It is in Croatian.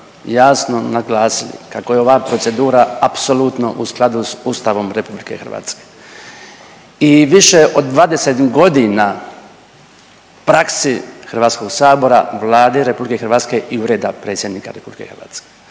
jasno naglasili kako je ova procedura apsolutno u skladu sa Ustavom Republike Hrvatske. I više od 20 godina prakse Hrvatskog sabora, Vlade Republike Hrvatske i Ureda predsjednika Republike Hrvatske.